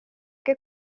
que